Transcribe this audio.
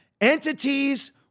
entities